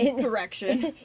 correction